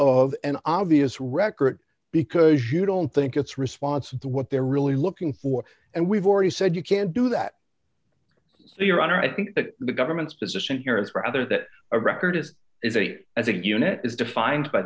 of an obvious record because you don't think it's response to what they're really looking for and we've already said you can't do that so your honor i think that the government's position here is rather that a record is a as a unit is defined by